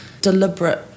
deliberate